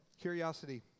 Curiosity